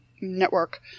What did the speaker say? network